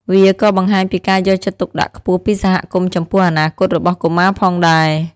វាក៏បង្ហាញពីការយកចិត្តទុកដាក់ខ្ពស់ពីសហគមន៍ចំពោះអនាគតរបស់កុមារផងដែរ។